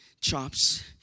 chops